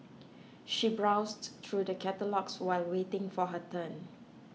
she browsed through the catalogues while waiting for her turn